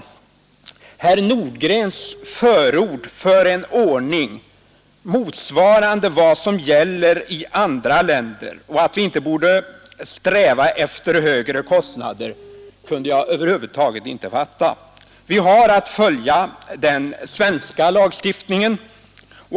Herr Nordgrens förord för en ordning motsvarande vad som gäller i andra länder och hans uppfattning att vi inte borde sträva efter högre kostnader kunde jag över huvud taget inte fatta. Vi har att följa den svenska lagstiftningen.